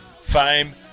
fame